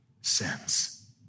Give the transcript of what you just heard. sins